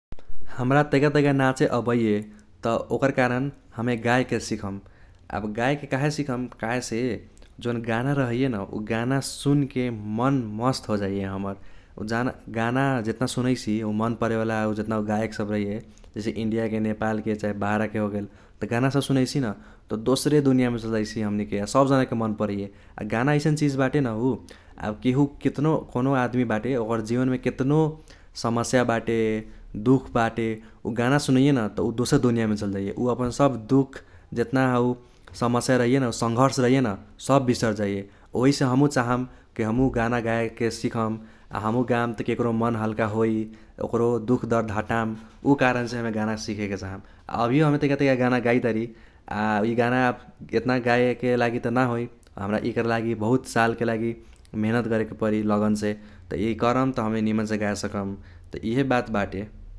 हमरा तैका तैका नाचे अबैये त ओकर कारण हमे गाएके सिखम। आब गाएके काहे सिखम काहेसे जौन गाना रहैये न उ गाना सुनके मन मस्त होजाइये हमर जौन गाना जेतना सुनैसि हौ मन परेवाला हौ जेतना गायेक सब रहैये जैसे इंडियाके नेपालके चाही बाहराके होगेल। त गाना सब सुनैसि न त दोसरे दुनियामे चल जाइसी हमनीके आ सब जनाके मन परैये। आ गाना ऐसन चिज बाटे न उ आब केहु केतनो कौनो आदमी बाटे ओकर जीवनमे केतनो समस्या बाटे दुख बाटे उ गाना सुनैये न त उ दोसार दुनियामे चल जाइये उ अपन सब दुख जेतना हौ समस्या रहैये न संघर्ष रहैये न सब बिसर जाइये ओहिसे हमहू चाहम किहमहू गाना गाएके सिखम आ हमहू गाम त केकरो मन हल्का होइ। ओकरो दुख दर्द हटाम उ कारणसे हमे गाना सिखेके चाहम । आ अभियो हमे अभी तैका तैका गाना गाईतारी आ इ गाना आब एतना गाएके लागि त न होइ। हमरा इके लागि बहुत सालके लागि मिहीनेत करेके परि लगनसे त इ करम त हम निमनसे गाए सकम त इहे बात बाटे ।